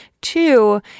two